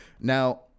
now